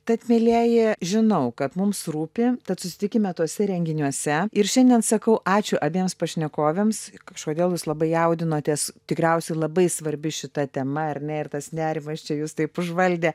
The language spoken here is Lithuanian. tad mielieji žinau kad mums rūpi tad susitikime tuose renginiuose ir šiandien sakau ačiū abiems pašnekovėms kažkodėl jūs labai jaudinotės tikriausiai labai svarbi šita tema ar ne ir tas nerimas čia jus taip užvaldė